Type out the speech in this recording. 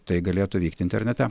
tai galėtų vykti internete